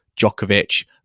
Djokovic